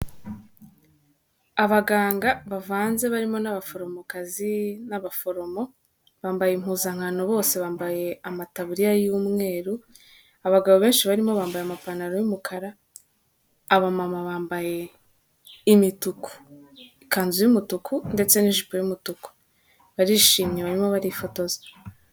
Abaganga bavanze barimo n'abaforomokazi n'abaforomo bambaye impuzankano bose bambaye amataburiya y'umweru, abagabo benshi barimo bambaye amapantaro y'umukara, abamama bambaye imituku ikanzu y'umutuku ndetse n'ijipo y'umutuku barishimye barimo barifotoza.